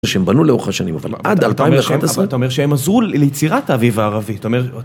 שהם בנו לאורך השנים אבל עד 2011... - אבל אתה אומר שהם עזרו ליצירת האביב הערבי